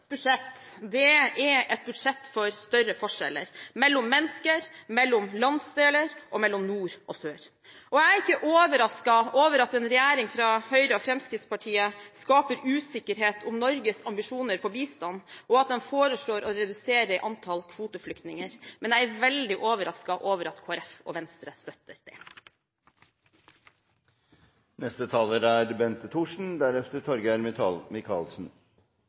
budsjett er et budsjett for større forskjeller – mellom mennesker, mellom landsdeler og mellom nord og sør. Jeg er ikke overrasket over at en regjering fra Høyre og Fremskrittspartiet skaper usikkerhet om Norges ambisjoner når det gjelder bistand, og at de foreslår å redusere antall kvoteflyktninger, men jeg er veldig overrasket over at Kristelig Folkeparti og Venstre støtter